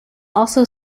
also